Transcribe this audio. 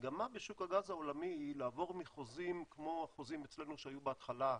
המגמה בשוק הגז העולמי זה לעבור מחוזים כמו החוזים שהיו אצלנו בהתחלה,